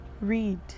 Read